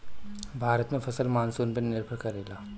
भारत में फसल मानसून पे निर्भर करेला